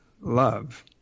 love